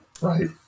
Right